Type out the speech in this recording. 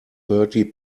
thirty